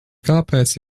kāpēc